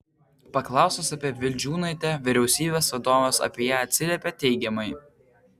paklaustas apie vildžiūnaitę vyriausybės vadovas apie ją atsiliepė teigiamai